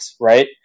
right